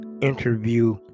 interview